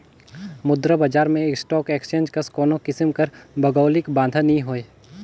मुद्रा बजार में स्टाक एक्सचेंज कस कोनो किसिम कर भौगौलिक बांधा नी होए